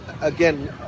Again